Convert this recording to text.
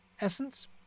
essence